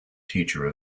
teacher